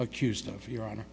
accused of your honor